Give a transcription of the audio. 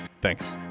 Thanks